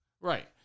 Right